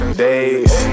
days